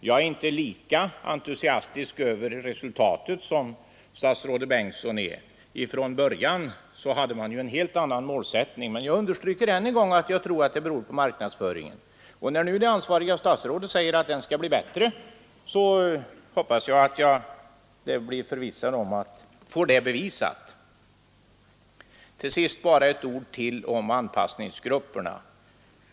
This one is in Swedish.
Jag är inte lika entusiastisk över resultatet hittills som herr statsrådet Bengtsson är — från början hade man ju en helt annan målsättning — men jag understryker än en gång att jag tror att det beror på marknadsföringen. När det ansvariga statsrådet nu säger att denna skall bli bättre hoppas jag få det bevisat. Till sist några ord till om anpassningsgrupperna.